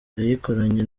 yayikoranye